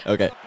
Okay